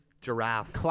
Giraffe